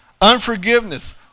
unforgiveness